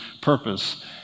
purpose